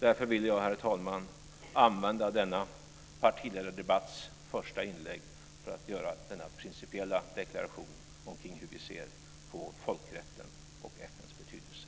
Därför ville jag, herr talman, använda denna partiledardebatts första inlägg till att göra denna principiella deklaration om hur vi ser på folkrätten och FN:s betydelse.